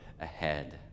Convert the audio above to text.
ahead